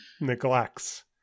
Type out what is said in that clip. neglects